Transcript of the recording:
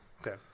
Okay